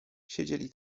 siedzieli